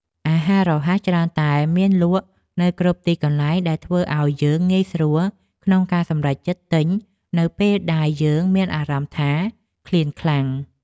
អាហាររហ័សច្រើនតែមានលក់នៅគ្រប់ទីកន្លែងដែលធ្វើឲ្យយើងងាយស្រួលក្នុងការសម្រេចចិត្តទិញនៅពេលដែលយើងមានអារម្មណ៍ថា ឃ្លានខ្លាំង។